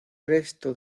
resto